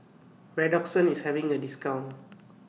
Redoxon IS having A discount